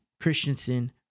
Christensen